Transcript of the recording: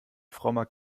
frommer